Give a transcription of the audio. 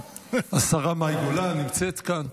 השרה מאי גולן נמצאת כאן.